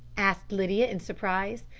asked lydia in surprise.